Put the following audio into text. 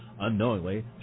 Unknowingly